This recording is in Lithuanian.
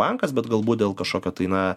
bankas bet galbūt dėl kažkokio tai na